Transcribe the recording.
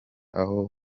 aho